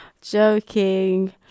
joking